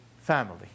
family